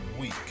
week